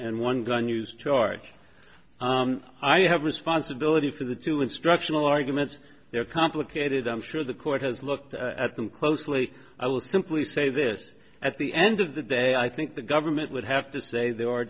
and one gun use charge i have responsibility for the two instructional arguments they're complicated i'm sure the court has looked at them closely i will simply say this at the end of the day i think the government would have to say there are